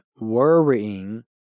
worrying